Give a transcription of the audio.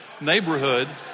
neighborhood